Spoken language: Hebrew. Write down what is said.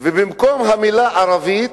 ובמקום המלה "ערבים"